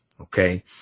Okay